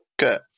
Good